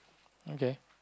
okay